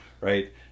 right